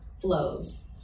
flows